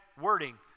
wording